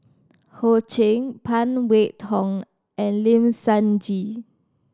Ho Ching Phan Wait Hong and Lim Sun Gee